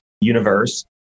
universe